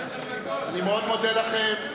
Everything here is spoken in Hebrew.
אני מאוד מודה לכם.